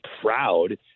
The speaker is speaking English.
proud